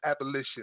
abolition